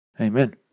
Amen